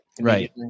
right